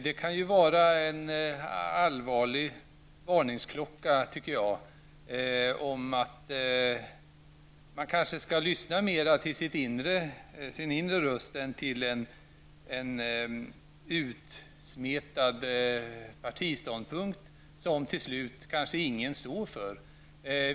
Det kan vara en allvarlig varningsklocka om att man kanske skall lyssna mer till sin inre röst än på en utsmetad partiståndpunkt, som till slut kanske ingen står för.